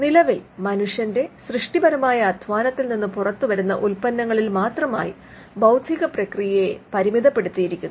നിലവിൽ മനുഷ്യന്റെ സൃഷ്ടിപരമായ അദ്ധ്വാനത്തിൽ നിന്ന് പുറത്തുവരുന്ന ഉൽപ്പന്നങ്ങളിൽ മാത്രമായി ബൌദ്ധികപ്രക്രിയയെ പരിമിതപ്പെടുത്തിയിരിക്കുന്നു